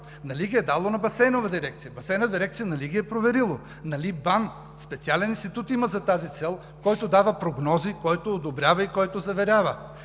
нали ги е дало на Басейнова дирекция, Басейнова дирекция нали ги е проверила?! Нали БАН има специален институт за тази цел, който дава прогнози, който одобрява и който заверява?!